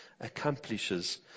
accomplishes